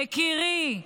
יקירי,